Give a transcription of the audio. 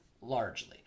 largely